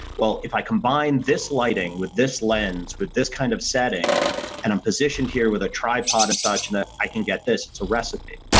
well if i combine this lighting with this lens with this kind of setting and i'm positioned here with a tripod and such and that i can get this. it's a recipe.